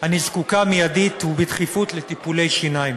אני זקוקה מיידית ובדחיפות לטיפולי שיניים.